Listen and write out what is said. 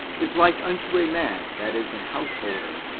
is like unto a man that is an householder,